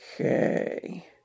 Okay